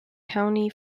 county